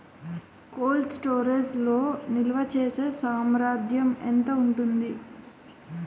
Cold storage లో నిల్వచేసేసామర్థ్యం ఎంత ఉంటుంది?